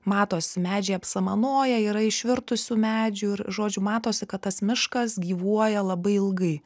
matosi medžiai apsamanoję yra išvirtusių medžių ir žodžiu matosi kad tas miškas gyvuoja labai ilgai